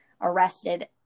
arrested